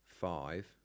five